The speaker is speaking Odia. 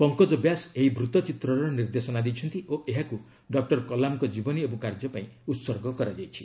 ପଙ୍କଜ ବ୍ୟାସ୍ ଏହି ବୂଉଚିତ୍ରର ନିର୍ଦ୍ଦେଶନା ଦେଇଛନ୍ତି ଓ ଏହାକୁ ଡକ୍ଟର କଲାମଙ୍କ ଜୀବନୀ ଏବଂ କାର୍ଯ୍ୟ ପାଇଁ ଉତ୍ଗ କରାଯାଇଛି